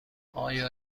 آیا